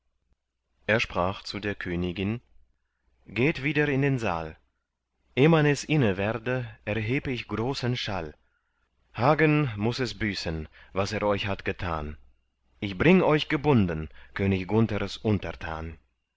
er sprach zu der königin geht wieder in den saal eh man es inne werde erheb ich großen schall hagen muß es büßen was er euch hat getan ich bring euch gebunden könig gunthers untertan